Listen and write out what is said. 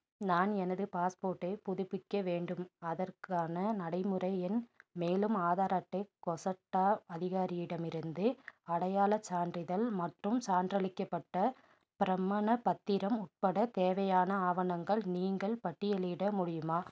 நான் எனது பாஸ்போர்ட்டை புதுப்பிக்க வேண்டும் அதற்கான நடைமுறை என்ன மேலும் ஆதார் அட்டை கொசட்டா அதிகாரியிடமிருந்து அடையாளச் சான்றிதழ் மற்றும் சான்றளிக்கப்பட்ட பிரமாணப் பத்திரம் உட்பட தேவையான ஆவணங்கள் நீங்கள் பட்டியலிட முடியுமா